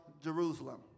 Jerusalem